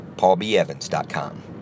paulbevans.com